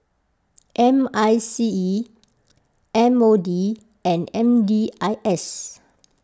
M I C E M O D and M D I S